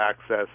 access